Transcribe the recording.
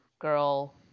girl